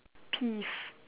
peeve